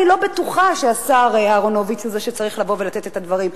אני לא בטוחה שהשר אהרונוביץ הוא זה שצריך לבוא ולתת את הדברים.